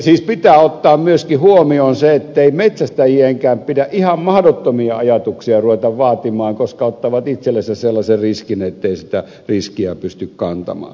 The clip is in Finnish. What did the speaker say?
siis pitää ottaa myöskin huomioon se ettei metsästäjienkään pidä ihan mahdottomia ajatuksia ruveta vaatimaan koska ottavat itsellensä sellaisen riskin ettei sitä riskiä pysty kantamaan